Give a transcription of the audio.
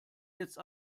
jetzt